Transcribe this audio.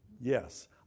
Yes